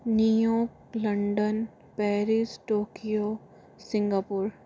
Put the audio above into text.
New York London Paris Tokyo Singapore